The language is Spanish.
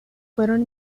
fueron